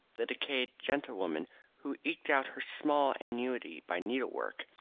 the decayed gentlewoman who eked out her small annuity by needlework,